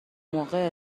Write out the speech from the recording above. موقع